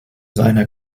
reiner